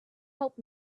help